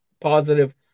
positive